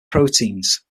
proteins